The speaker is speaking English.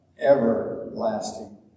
everlasting